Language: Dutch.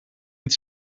het